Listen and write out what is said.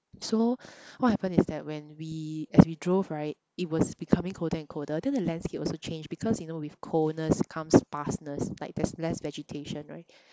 so what happen is that when we as we drove right it was becoming colder and colder then the landscape also changed because you know with coldness comes sparseness like there's less vegetation right